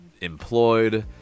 employed